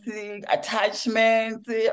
attachments